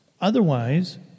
Otherwise